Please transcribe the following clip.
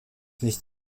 nicht